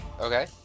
Okay